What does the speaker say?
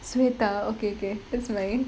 sweta okay okay that's my